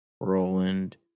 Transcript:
Roland